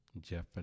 Jeff